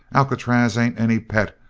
alcatraz ain't any pet,